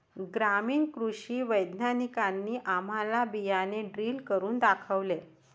ग्रामीण कृषी वैज्ञानिकांनी आम्हाला बियाणे ड्रिल करून दाखवले